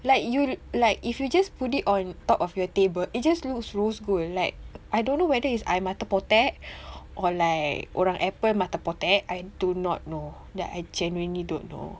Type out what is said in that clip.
like you like if you just put it on top of your table it just looks rose gold like I don't know whether is I mata potek or like orang Apple mata potek I do not know like I genuinely don't know